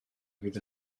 fydd